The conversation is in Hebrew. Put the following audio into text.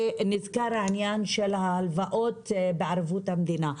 והוזכר העניין של הלוואות בערבות המדינה.